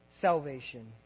salvation